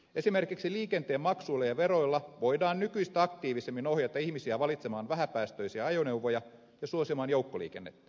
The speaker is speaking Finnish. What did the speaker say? esimerkiksi liikenteen maksuilla ja veroilla voidaan nykyistä aktiivisemmin ohjata ihmisiä valitsemaan vähäpäästöisiä ajoneuvoja ja suosimaan joukkoliikennettä